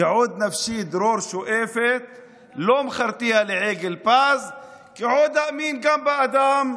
"כי עוד נפשי דרור שואפת / לא מכרתיה לעגל פז / כי עוד אאמין גם באדם,